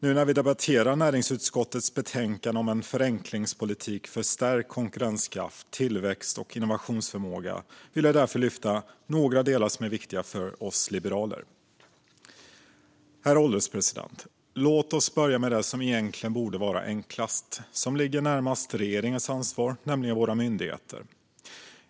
Nu när vi debatterar näringsutskottets betänkande om en förenklingspolitik för stärkt konkurrenskraft, tillväxt och innovationsförmåga vill jag därför lyfta några delar som är viktiga för oss liberaler. Herr ålderspresident! Låt oss börja med det som egentligen borde vara enklast och som ligger närmast regeringens ansvar, nämligen våra myndigheter.